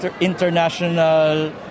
international